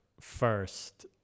first